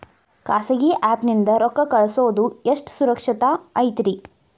ಖಾಸಗಿ ಆ್ಯಪ್ ನಿಂದ ರೊಕ್ಕ ಕಳ್ಸೋದು ಎಷ್ಟ ಸುರಕ್ಷತಾ ಐತ್ರಿ?